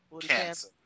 cancer